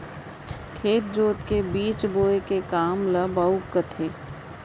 खेत जोत के बीज बोए के काम ल बाउक कथें